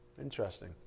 Interesting